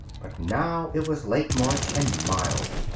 but now it was late march, and mild.